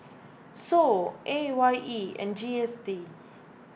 Sou A Y E and G S T